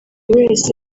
wese